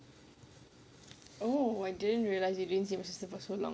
oh I didn't realise you didn't see my sister for so long